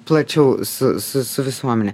plačiau su su su visuomene